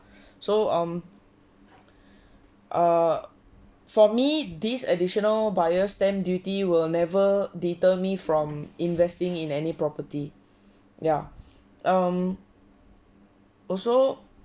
so um err for me this additional buyer's stamp duty will never deter me from investing in any property ya um also